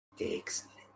Excellent